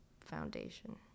foundation